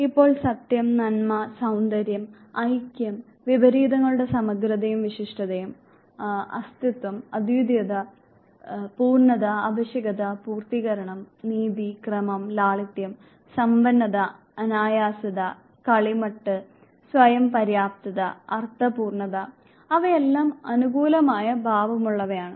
ഇപ്പോൾ സത്യം നന്മ സൌന്ദര്യം ഐക്യം വിപരീതങ്ങളുടെ സമഗ്രതയും വിശിഷ്ഠതയും അസ്തിത്വം അദ്വിതീയത പൂർണത ആവശ്യകത പൂർത്തീകരണം നീതി ക്രമം ലാളിത്യം സമ്പന്നത അനായാസത കളിമട്ട് സ്വയം പര്യാപ്തത അർത്ഥപൂർണ്ണത അവയെല്ലാം അനുകൂലമായ ഭാവമുള്ളവയാണ്